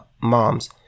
mom's